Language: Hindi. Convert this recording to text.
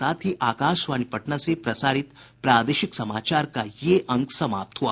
इसके साथ ही आकाशवाणी पटना से प्रसारित प्रादेशिक समाचार का ये अंक समाप्त हुआ